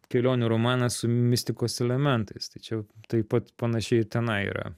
kelionių romanas su mistikos elementais tai čia jau taip pat panašiai ir tenai yra